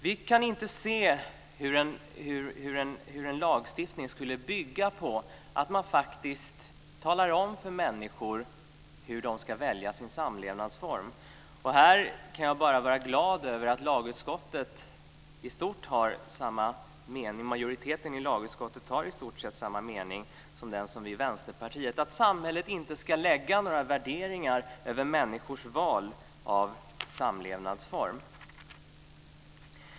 Vi kan inte se hur en lagstiftning ska bygga på att man faktiskt talar om för människor hur de ska välja sin samlevnadsform. Här kan jag bara vara glad över att majoriteten i lagutskottet har samma mening som vi i Vänsterpartiet, nämligen att samhället inte ska lägga värderingar på människors val av samlevnadsform.